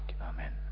Amen